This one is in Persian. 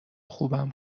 خوبم